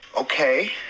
Okay